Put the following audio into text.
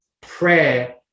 Prayer